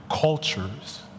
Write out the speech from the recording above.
cultures